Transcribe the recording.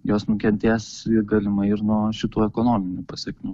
jos nukentės galimai ir nuo šitų ekonominių pasekmių